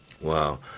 Wow